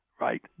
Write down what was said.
right